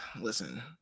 listen